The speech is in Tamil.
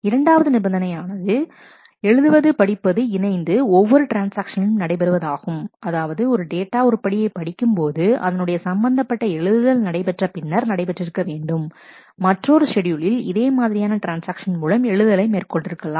இரண்டாவது நிபந்தனை ஆனது எழுதுவது படிப்பது இணைந்து ஒவ்வொரு ட்ரான்ஸ்ஆக்ஷனிலும் நடைபெறுவதாகும் அதாவது ஒரு டேட்டா உருப்படியை படிக்கும்போது அதனுடைய சம்பந்தப்பட்ட எழுதுதல் நடைபெற்ற பின்னர் நடைபெற்றிருக்க வேண்டும் மற்றொரு ஷெட்யூலில் இதே மாதிரியான ட்ரான்ஸ்ஆக்ஷன் மூலம் எழுதுதலை மேற்கொண்டிருக்கலாம்